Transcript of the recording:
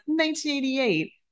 1988